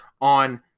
on